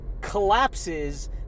collapses